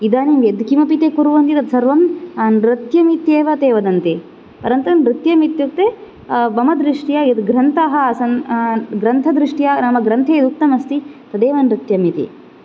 इदानीं यत्किमपि ते कुर्वन्ति तत् सर्वं नृत्यम् इत्येव ते वदन्ति परन्तु नृत्यम् इत्युक्ते मम दृष्ट्या यद् ग्रन्थाः आसन् ग्रन्थदृष्ट्या नाम ग्रन्थे यदुक्तमस्ति तदेव नृत्यम् इति